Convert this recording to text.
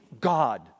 God